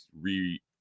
re